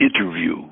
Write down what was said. interview